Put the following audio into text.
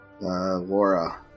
Laura